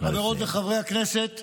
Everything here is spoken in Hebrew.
חברות וחברי הכנסת,